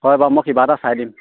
হ'ব বাৰু মই কিবা এটা চাই দিম